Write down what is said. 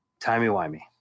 Timey-wimey